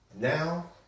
Now